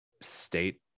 state